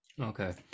Okay